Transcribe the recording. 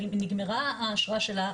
אבל אם נגמרה האשרה שלה,